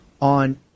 on